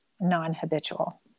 non-habitual